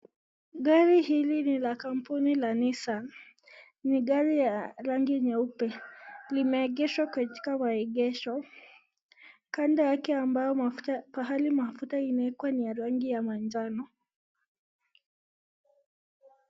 Gari hili ni la kampuni la Nissan. Ni gari ya rangi nyeupe. Limeegeshwa katika maegesho. Kando yake ambao mafuta pahali mafuta imewekwa ni ya rangi ya manjano.